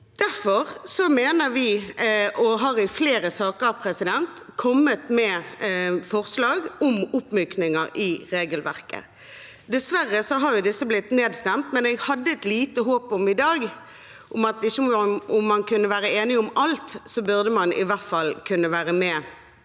Derfor har vi i flere saker kommet med forslag om oppmykninger i regelverket. Dessverre har disse blitt nedstemt, men jeg hadde i dag et lite håp om at man – om man ikke kunne være enige om alt – i hvert fall burde kunne være med